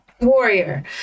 warrior